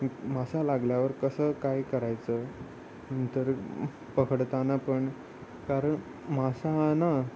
मासा लागल्यावर कसं काय करायचं नंतर पकडताना पण कारण मासा ना